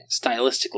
stylistically